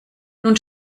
nun